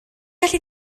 gallu